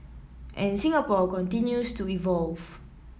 and Singapore continues to evolve